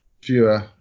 fewer